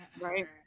Right